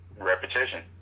Repetition